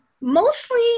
mostly